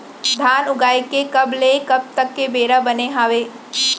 धान उगाए के कब ले कब तक के बेरा बने हावय?